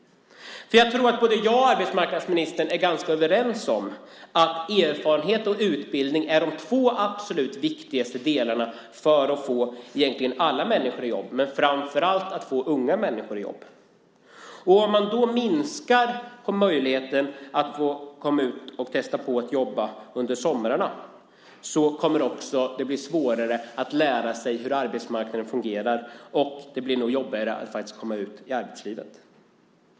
Jag tror att arbetsmarknadsministern och jag är ganska överens om att erfarenhet och utbildning är de två absolut viktigaste delarna för att få - egentligen alla människor i jobb, men framför allt för att få unga människor i jobb. Om man då minskar möjligheten att få komma ut och testa att jobba under somrarna kommer det också att bli svårare att lära sig hur arbetsmarknaden fungerar. Det blir nog också jobbigare att faktiskt komma ut i arbetslivet.